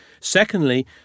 secondly